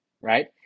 Right